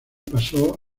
pasó